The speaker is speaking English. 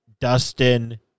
Dustin